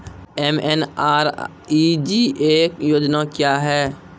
MNREGA योजना क्या हैं?